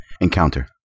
encounter